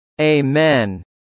Amen